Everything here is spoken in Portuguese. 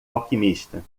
alquimista